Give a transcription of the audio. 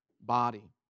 body